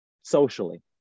socially